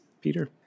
Peter